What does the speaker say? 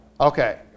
Okay